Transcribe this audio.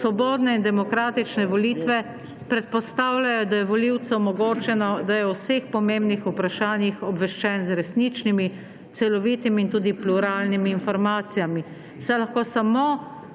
Svobodne in demokratične volitve predpostavljajo, da je volivcu omogočeno, da je o vseh pomembnih vprašanjih obveščen z resničnimi, celovitimi in tudi pluralnimi informacijami, saj lahko samo